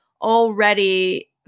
already